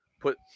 put